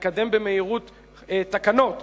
לקדם במהירות תקנות.